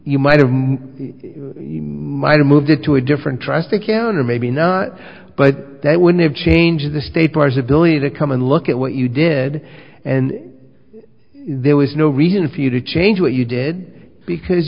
you might have to move it to a different trust account or maybe not but that wouldn't have changed the state bars ability to come and look at what you did and there was no reason for you to change what you did because